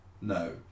No